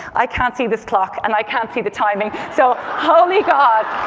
i can't see this clock and i can't see the timing, so holy god,